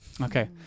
Okay